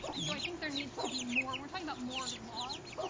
and so i think there needs to be more we're talking about more laws.